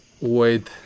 wait